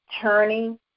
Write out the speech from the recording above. turning